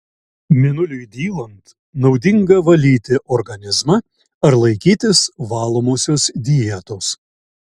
mėnuliui dylant naudinga valyti organizmą ar laikytis valomosios dietos